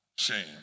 shame